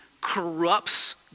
corrupts